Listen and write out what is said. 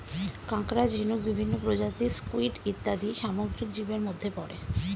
কাঁকড়া, ঝিনুক, বিভিন্ন প্রজাতির স্কুইড ইত্যাদি সামুদ্রিক জীবের মধ্যে পড়ে